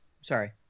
Sorry